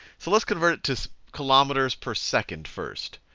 so let's convert it to kilometers per second first.